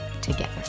together